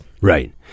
Right